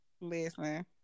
Listen